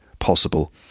Possible